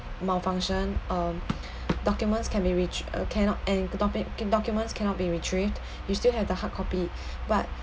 malfunction um documents can be retrie~ uh cannot and the dopic~ documents cannot be retrieved you still have the hard copy but